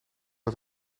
dat